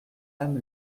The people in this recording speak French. âme